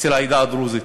אצל העדה הדרוזית,